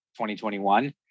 2021